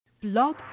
Blog